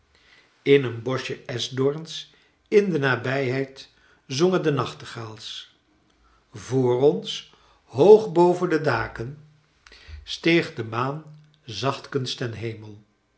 in een boschje eschdoorns in de nabijheid zongen de nachtegaals vr ons hoog boven de daken steeg de maan zachtkens ten hemel